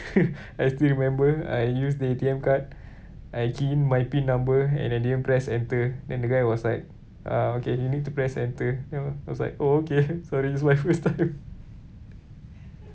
I still remember I used the A_T_M card I key in my pin number and I didn't press enter then the guy was like ah okay you need to press enter then I I was like oh okay sorry it's my first time